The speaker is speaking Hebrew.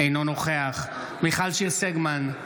אינו נוכח מיכל שיר סגמן,